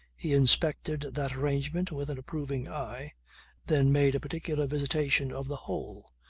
he inspected that arrangement with an approving eye then made a particular visitation of the whole,